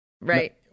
right